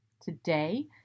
Today